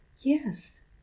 Yes